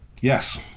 Yes